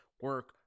Work